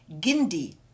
Gindi